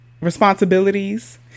responsibilities